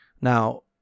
now